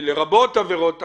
"לרבות עבירות אחרות"